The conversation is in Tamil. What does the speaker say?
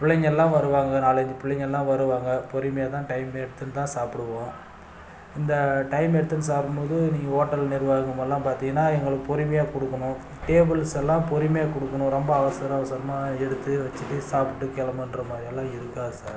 பிள்ளைங்கெல்லாம் வருவாங்க நாலு அஞ்சு பிள்ளைங்கெல்லாம் வருவாங்க பொறுமையா தான் டைம் எடுத்துதான் சாப்பிடுவோம் இந்த டைம் எடுத்துன்னு சாப்பிடும்மோது நீங்கள் ஓட்டல் நிர்வாகமெல்லாம் பார்த்திங்கன்னா எங்களுக்கு பொறுமையா கொடுக்கணும் டேபிள்ஸெல்லாம் பொறுமையா கொடுக்கணும் ரொம்ப அவசரம் அவசரமாக எடுத்து வைச்சிட்டு சாப்பிட்டு கிளம்புன்ற மாதிரியெல்லாம் இருக்காது சார்